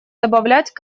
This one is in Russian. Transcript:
добавлять